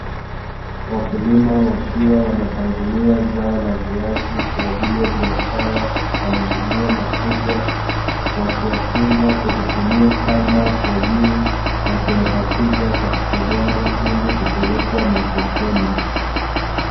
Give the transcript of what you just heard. Wakulima wakiwa wanapangilia zao la viazi kwa ajili ya biaashara katika maguni makubwa. Wakiyafunga kwa kutumia kamba kwa juu na kuyapakiza katika gari ili kupelekwa sokoni.